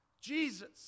Jesus